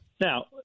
Now